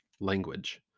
language